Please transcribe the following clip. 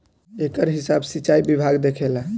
एकर हिसाब सिंचाई विभाग देखेला